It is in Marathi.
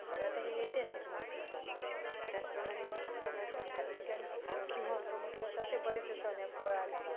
मग आता हे ऐतिहासिक महत्त्व झालं त्याचप्रमाणे मग आता सणाचं धार्मिक आणखी आणखी महत्त्व म्हटलं तर असे बरेचसे सण आहे पोळा झाला